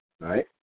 right